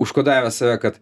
užkodavęs save kad